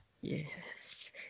Yes